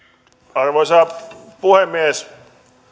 arvoisa puhemies